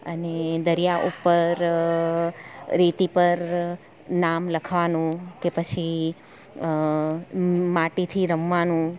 અને દરિયા ઉપર રેતી પર નામ લખવાનું કે પછી માટીથી રમવાનું